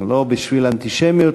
לא בשביל אנטישמיות,